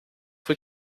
foi